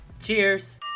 Cheers